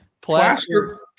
Plaster